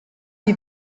die